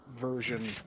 version